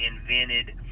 invented